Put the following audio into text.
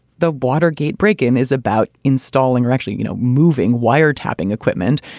the watergate break in is about installing or actually, you know, moving wiretapping equipment.